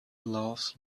laughs